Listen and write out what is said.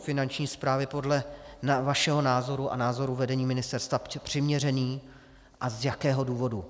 Finanční správy podle vašeho názoru a názoru vedení ministerstva přiměřený a z jakého důvodu?